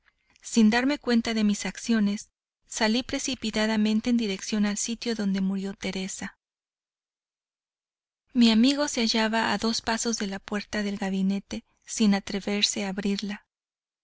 sin darme cuenta de mis acciones salí precipitadamente en dirección al sitio donde murió teresa mi amigo se hallaba a dos pasos de la puerta del gabinete sin atreverse a abrirla